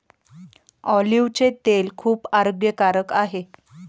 ऑलिव्हचे तेल खूप आरोग्यकारक आहे